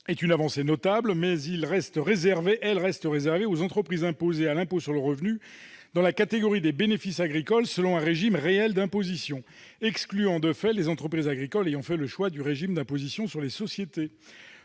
Cette avancée notable reste réservée aux entreprises imposées à l'impôt sur le revenu dans la catégorie des bénéfices agricoles selon un régime réel d'imposition, excluant de fait les entreprises agricoles ayant fait le choix du régime d'imposition sur les sociétés.